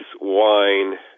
wine